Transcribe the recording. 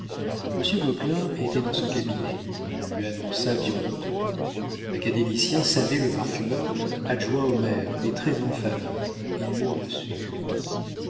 était dans son cabinet on lui annonça birotteau l'académicien savait le parfumeur adjoint au maire et très en faveur il le reçut